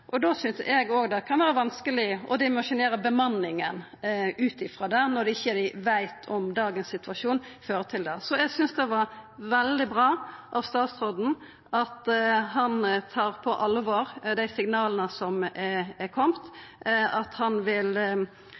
synest eg òg det kan vera vanskeleg å dimensjonera bemanninga ut frå det, når ein ikkje veit om dagens situasjon fører til det. Så eg synest det er veldig bra at statsråden tar på alvor dei signala som er komne, og vil ta dette opp i oppdragsdokumentet for neste år, slik at